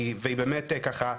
והיא באמת ככה,